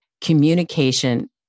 communication